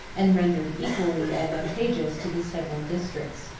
and rendered equally advantageous to the several districts.